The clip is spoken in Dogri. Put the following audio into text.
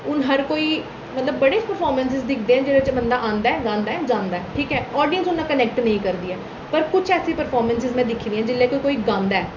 हून हर कोई मतलब बड़े परफार्मैंस दिखदे न जेह्दे च बंदा औंदा ऐ गांदा ऐ जंदा ऐ ठीक ऐ आडियंस उं'दे कन्नै कनैक्ट निं करदी ऐ पर किश ऐसियां परफैर्मैंस में दिक्खी दियां जेल्लै कि कोई कोई गांदा ऐ